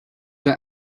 der